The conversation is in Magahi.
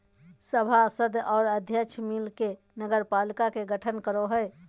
सभासद और अध्यक्ष मिल के नगरपालिका के गठन करो हइ